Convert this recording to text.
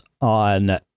on